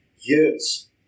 years